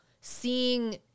seeing